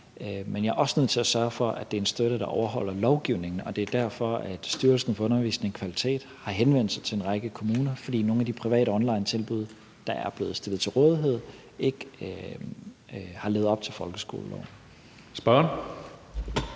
Men jeg er også nødt til at sørge for, at det er en støtte, der overholder lovgivningen, og det er derfor, Styrelsen for Undervisning og Kvalitet har henvendt sig til en række kommuner, fordi nogle af de private onlinetilbud, der er blevet stillet til rådighed, ikke har levet op til folkeskoleloven.